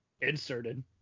inserted